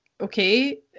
okay